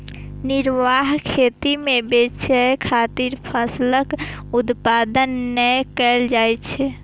निर्वाह खेती मे बेचय खातिर फसलक उत्पादन नै कैल जाइ छै